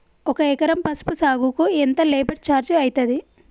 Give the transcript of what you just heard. ఒక ఎకరం పసుపు సాగుకు ఎంత లేబర్ ఛార్జ్ అయితది?